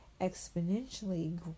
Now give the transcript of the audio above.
exponentially